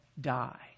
die